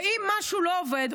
ואם משהו לא עובד,